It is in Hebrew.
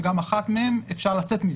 ובאחת מהן אפשר לצאת מזה,